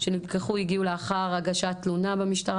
שנלקחו הגיעו לאחר הגשת תלונה במשטרה